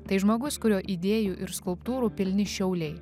tai žmogus kurio idėjų ir skulptūrų pilni šiauliai